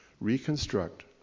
reconstruct